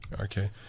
Okay